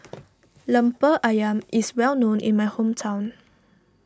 Lemper Ayam is well known in my hometown